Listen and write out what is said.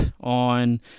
on